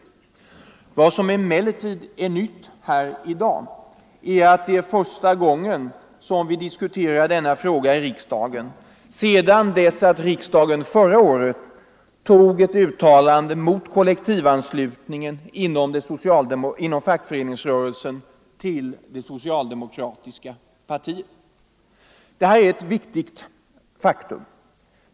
Nytt är emellertid att det är första gången vi i riksdagen diskuterar denna fråga sedan riksdagen förra året antog ett uttalande mot kollektivanslutningen inom fackföreningsrörelsen till det so Detta är ett viktigt faktum.